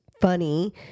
funny